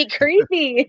creepy